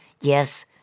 Yes